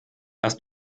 hast